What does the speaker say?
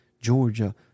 Georgia